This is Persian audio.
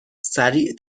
سریع